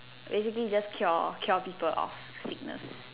basically just cure cure people of sickness